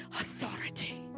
authority